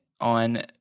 on